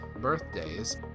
birthdays